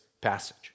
passage